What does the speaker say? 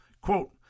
quote